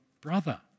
brother